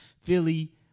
Philly